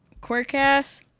Quirkass